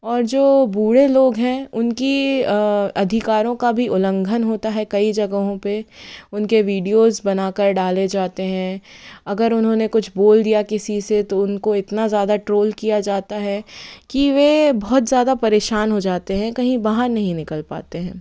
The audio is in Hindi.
और जो बूढ़े लोग हैं उनके अधिकारों का भी उलंघन होता है कई जगहों पर उनके वीडियोज़ बना कर डाले जाते हैं अगर उन्होंने कुछ बोल दिया किसी से तो उनको इतना ज़्यादा ट्रोल किया जाता है कि वे बहुत ज़्यादा परेशान हो जाते हैं कही बाहर नहीं निकल पाते हैं